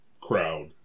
crowd